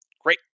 Great